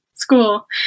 school